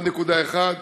1.1,